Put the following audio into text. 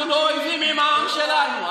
אנחנו לא אויבים של העם שלנו,